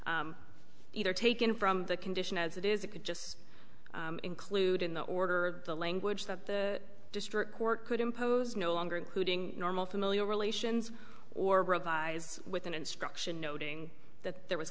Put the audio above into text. either taken from the condition as it is it could just include in the order the language that the district court could impose no longer including normal familial relations or revise with an instruction noting that there was